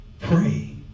Pray